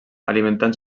alimentant